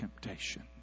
temptation